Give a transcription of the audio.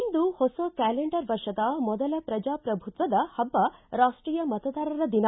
ಇಂದು ಹೊಸ ಕ್ಯಾಲೆಂಡರ್ ವರ್ಷದ ಮೊದಲ ಪ್ರಜಾಪ್ರಭುತ್ವದ ಹಬ್ಬ ರಾಷ್ಷೀಯ ಮತದಾರರ ದಿನ